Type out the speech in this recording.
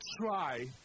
try